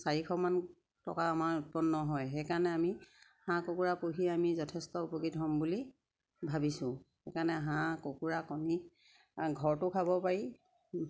চাৰিশমান টকা আমাৰ উৎপন্ন হয় সেইকাৰণে আমি হাঁহ কুকুৰা পুহি আমি যথেষ্ট উপকৃত হ'ম বুলি ভাবিছোঁ সেইকাৰণে হাঁহ কুকুৰা কণী ঘৰটো খাব পাৰি